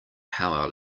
power